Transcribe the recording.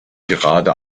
gerade